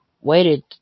waited